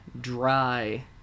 dry